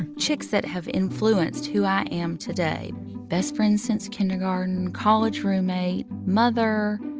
and chicks that have influenced who i am today best friends since kindergarten, college roommate, mother,